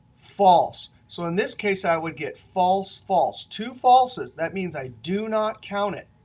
false. so in this case i would get false, false. two falses. that means i do not count it.